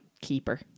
keeper